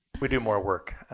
we do more work.